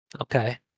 Okay